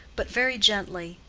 but very gently,